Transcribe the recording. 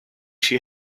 she